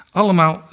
Allemaal